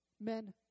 Men